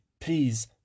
Please